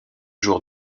jour